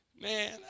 man